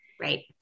right